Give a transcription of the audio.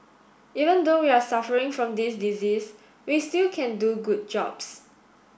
even though we are suffering from this disease we still can do good jobs